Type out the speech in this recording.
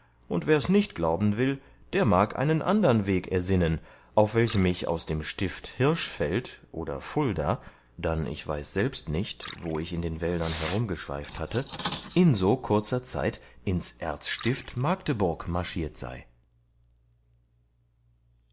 und wers nicht glauben will der mag einen andern weg ersinnen auf welchem ich aus dem stift hirschfeld oder fulda dann ich weiß selbst nicht wo ich in den wäldern herumgeschwaift hatte in so kurzer zeit ins erzstift magdeburg marschiert sei